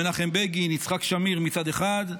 מנחם בגין ויצחק שמיר מצד אחד,